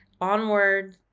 Onward